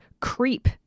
CREEP